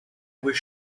was